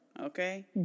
Okay